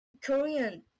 Korean